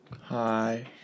Hi